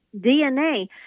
DNA